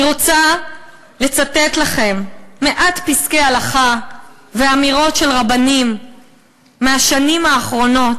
אני רוצה לצטט לכם מעט פסקי הלכה ואמירות של רבנים מהשנים האחרונות,